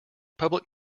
public